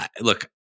Look